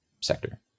sector